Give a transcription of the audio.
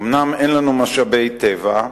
אומנם אין לנו משאבי טבע,